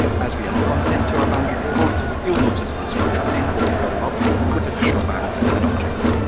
as we add content to our banded report, you'll notice the structure pane will be filled up with additional bands and objects.